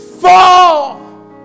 fall